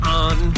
on